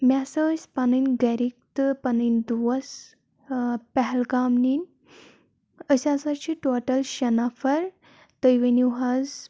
مےٚ ہسا ٲسۍ پَنٕنۍ گھرِکۍ تہٕ پَنٕنۍ دوٚس ٲں پَہلگام نِنۍ أسۍ ہسا چھِ ٹوٹَل شیٚے نَفر تُہۍ ؤنِو حظ